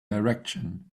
direction